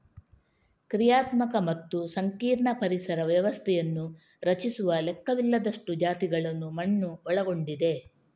ಕ್ರಿಯಾತ್ಮಕ ಮತ್ತು ಸಂಕೀರ್ಣ ಪರಿಸರ ವ್ಯವಸ್ಥೆಯನ್ನು ರಚಿಸುವ ಲೆಕ್ಕವಿಲ್ಲದಷ್ಟು ಜಾತಿಗಳನ್ನು ಮಣ್ಣು ಒಳಗೊಂಡಿದೆ